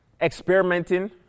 experimenting